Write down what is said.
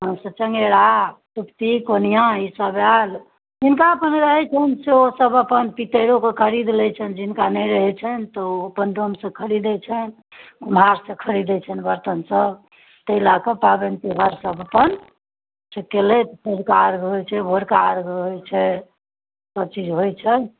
तहन से चंगेरा सूपती कोनिआ ई सब एल जिनका अपन रहैत छनि ओ सब अपन पीतरोके खरीद लै छथि जिनका नहि रहैत छनि तऽ ओ अपन डोमसँ खरीदैत छथि कुम्हारसँ खरीदैत छथि बर्तन सब ताहि लैके पाबनि तिहार सब अपन से कयलथि सँझुका अर्घ होइत छै भोरका अर्घ होइत छै सब चीज होइत छै